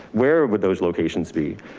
where would those locations be?